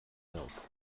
milk